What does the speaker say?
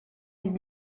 une